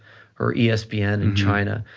or espn in china,